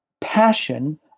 passion